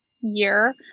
year